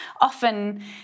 often